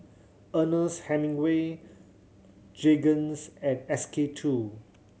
Ernest Hemingway Jergens and S K Two